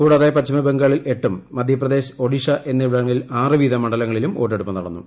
കൂടാതെ പശ്ചിമബംഗാളിൽ എട്ടും മധ്യപ്രദേശ് ഒഡീഷ എന്നിവിടങ്ങളിൽ ആറ് വീതം മണ്ഡലങ്ങളിലും വോട്ടെടുപ്പ് നടന്നു